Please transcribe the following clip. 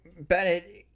Bennett